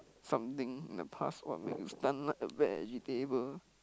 something in the past what like stunned like a vegetable